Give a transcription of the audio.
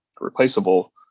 replaceable